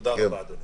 תודה רבה, אדוני.